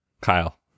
Kyle